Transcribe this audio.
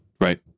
Right